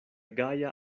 gaja